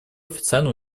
официально